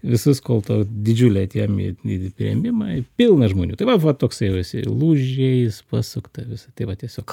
visus kol to didžiulė tie mi medit priėmimai pilna žmonių tai vat va toksai jau esi lūžiais pasukta visa tai va tiesiog